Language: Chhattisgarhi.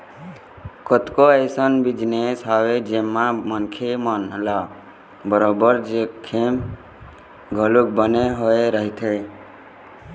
कतको अइसन बिजनेस हवय जेमा मनखे मन ल बरोबर जोखिम घलोक बने होय रहिथे